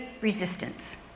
resistance